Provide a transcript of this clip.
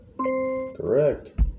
Correct